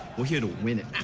we're here to win it.